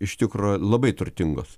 iš tikro labai turtingos